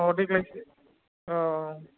औ देग्लाय बिदि औ